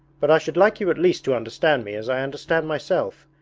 but i should like you at least to understand me as i understand myself,